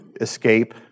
escape